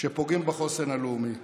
שפוגם בחוסן הלאומי.